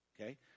okay